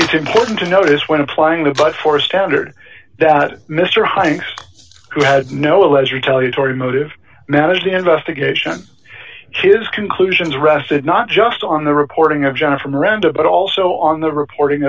it's important to notice when applying the bud for a standard that mr hines who had no less retaliatory motive managed investigation kids conclusions rested not just on the reporting of jennifer miranda but also on the reporting